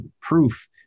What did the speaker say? proof